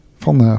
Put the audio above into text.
van